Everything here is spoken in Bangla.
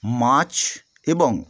মাছ এবং